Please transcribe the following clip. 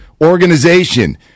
organization